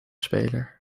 speler